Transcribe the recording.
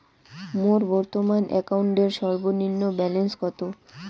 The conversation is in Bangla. মোর বর্তমান অ্যাকাউন্টের সর্বনিম্ন ব্যালেন্স কত?